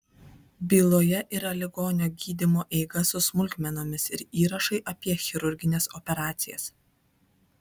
byloje yra ligonio gydymo eiga su smulkmenomis ir įrašai apie chirurgines operacijas